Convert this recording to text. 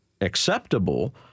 acceptable